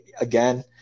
again